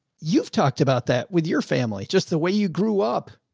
you've talked about that with your family, just the way you grew up,